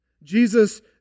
Jesus